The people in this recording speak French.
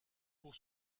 pour